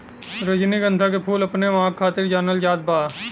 रजनीगंधा के फूल अपने महक खातिर जानल जात बा